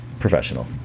professional